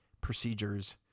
procedures